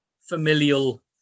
familial